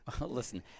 Listen